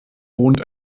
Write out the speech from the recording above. wohnt